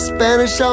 Spanish